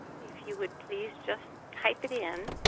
if you would please just type it in